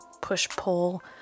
push-pull